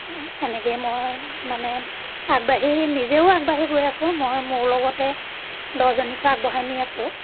এনেকৈয়ে মই মানে আগবাঢ়ি নিজেও আগবাঢ়ি গৈ আছোঁ মই মোৰ লগতে দহজনীকো আগবঢ়াই নি আছোঁ